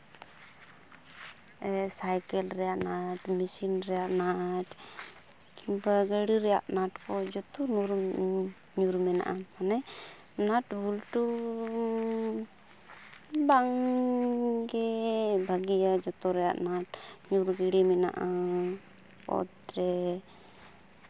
cycle ᱨᱮᱭᱟᱜ nut machine ᱨᱮᱭᱟᱜ nut ᱠᱤᱝᱵᱟ ᱜᱟᱹᱲᱤ ᱨᱮᱭᱟᱜ ᱱᱟᱴ ᱠᱚ ᱡᱚᱛᱚ ᱧᱩᱨ ᱢᱮᱱᱟᱜᱼᱟ ᱢᱟᱱᱮ ᱱᱟᱴ ᱵᱚᱞᱴᱩ ᱵᱟᱝᱜᱮ ᱵᱷᱟᱹᱜᱤᱭᱟ ᱡᱚᱛᱚ ᱨᱮᱭᱟᱜ ᱱᱟᱴ ᱧᱩᱨ ᱜᱤᱲᱤ ᱢᱮᱱᱟᱜᱼᱟ ᱚᱛᱨᱮ